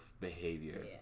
behavior